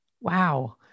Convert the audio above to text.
Wow